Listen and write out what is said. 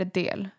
del